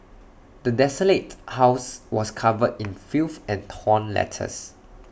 the desolated house was covered in filth and torn letters